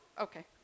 Okay